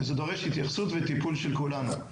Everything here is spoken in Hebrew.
זה דורש התייחסות וטיפול של כולנו,